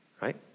Right